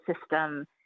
system